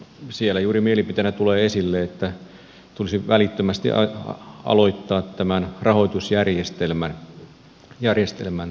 siellä juuri mielipiteenä tulee esille että tulisi välittömästi aloittaa tämän rahoitusjärjestelmän kehittäminen